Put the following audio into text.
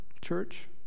church